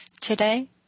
Today